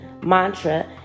mantra